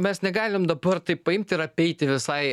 mes negalim dabar taip paimt ir apeiti visai